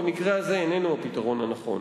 ובמקרה הזה איננו הפתרון הנכון.